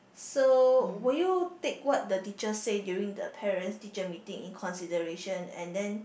so would you take what the teacher said during the Parents teacher meeting in consideration and then